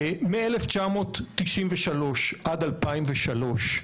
מ-1993 ועד 2003,